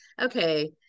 okay